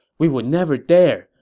we would never dare!